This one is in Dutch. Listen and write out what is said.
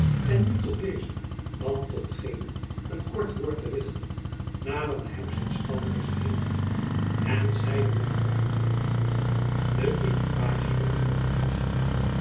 en nu tot deze dan tot gene een kort woord te richten naderde hem zijn stalmeester heenvliet en zeide met een buiging de équipages van uwe hoogheid